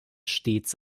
stets